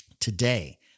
today